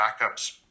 backups